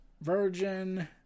virgin